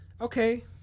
Okay